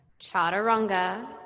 chaturanga